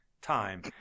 time